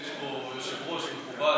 יש פה יושב-ראש מכובד,